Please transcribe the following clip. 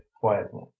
quietly